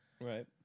right